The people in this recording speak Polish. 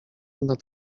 nad